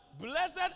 blessed